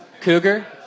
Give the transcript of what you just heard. Cougar